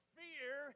fear